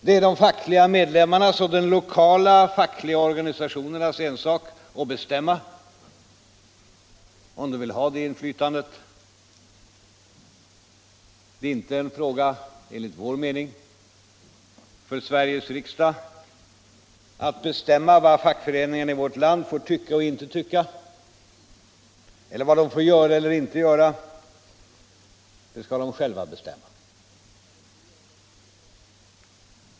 Det är de fackliga medlemmarnas och de lokala fackliga organisationernas ensak att bestämma om de vill ha det inflytandet. Det är inte en fråga, enligt vår mening, för Sveriges riksdag att bestämma vad fackföreningarna i vårt land får tycka och inte tycka eller vad de får göra eller inte göra. Det skall de själva bestämma.